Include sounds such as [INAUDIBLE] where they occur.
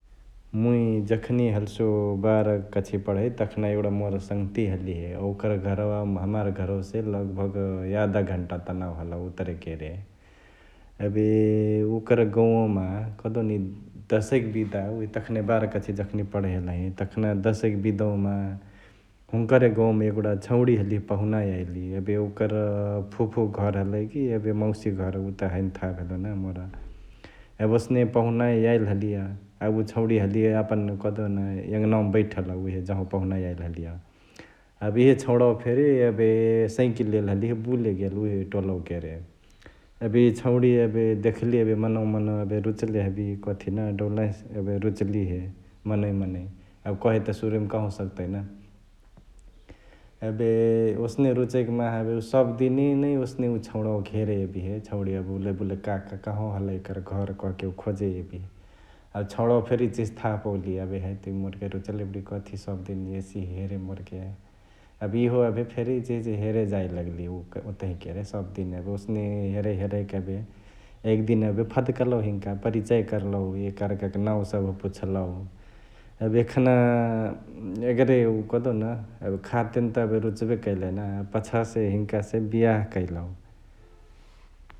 मुइ जखनी हलसु बार्ह कक्षा पढई तखना एगुड मोर सङ्ह्तिया हलिहे, ओकर घरवा हमार घरवासे लगभग याधा घण्टा तनाउ हलई उतरे केरे । एबे ओकरे गौंवामा कहदेउन इ दशैक बिदा उहे तखानइ बाह्र कक्षा जखनी पढै हलही तखना दशै क बिदावामा हुन्करे गौंवामा एगुडा छौंणी हलिहे पहुनाए याइली एबे ओकर फुफुक घर हलई कि एबे मौसिक घर उ त हैने थाह भेलौ ना मोर । एबे ओसने पहुनाए याइली हलिय, अ उ छौंणिया हलिहे यापन कहदेउन यङनावा बैठल उहे जहवा पहुनए याइली हलिय एबे इअ छौणावा फेरी एबे सैकिली लेले हलिहे बुले गेल उहे टोलवा केरे । एबे इ छौंणिया एबे देख्लिहे एबे मनवा मनवा रुचले हलिहे कथी ना डौलहिसे एबे रुचलिहे मनवै मनवै एबे कहे त सुरुमा कहाँवा सकतै ना । एबे ओसने रुचैकी माहा एबे उ सबदिन नै उ छौंणावाके हेरे यबिहे छौंणिया बुलई बुलई कि काकर कहवा हलई एकर घर कहके खोजै हबिहे । अ छौंणावा फेरी इचिहिची थाह पोउलिहे एबे हैत यि एबे मोरके रुचले बडिय कथी सबदिन एसिहे हेरे मोरके । एबे इहो एबे फेरी इचिहिची हेरे जाइ लगलिहे [UNINTELLIGIBLE] ओतही केरे, सबदिन एबे ओसने हेरै हेरैक एबे एक दिन एबे फ्द्कलउ हिन्का, परिचय करलउ एक आर्काक नांउ सभ पुछ्लौ । एबे एखना [HESITATION] यगरे उ कहदेउन एबे खा तेने त एबे रुचबे कैलई ना पछासे हिन्का हसे बिहाअ कैलउ ।